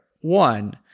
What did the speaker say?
One